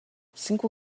cinco